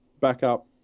backup